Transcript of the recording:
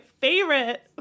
favorite